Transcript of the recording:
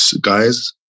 Guys